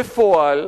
בפועל,